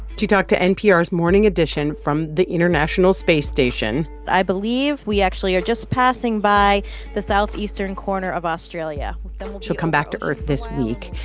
she talked to npr's morning edition from the international space station i believe we actually are just passing by the southeastern corner of australia she'll come back to earth this week.